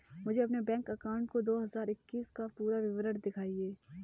मुझे अपने bank account का दो हज़ार इक्कीस का पूरा विवरण दिखाएँ?